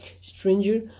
stranger